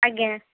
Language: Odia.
ଆଜ୍ଞା